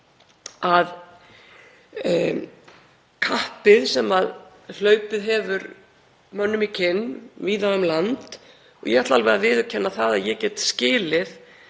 að kappið sem hlaupið hefur mönnum í kinn víða um land, og ég ætla alveg að viðurkenna að ég get skilið